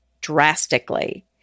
drastically